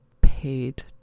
paid